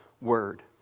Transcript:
word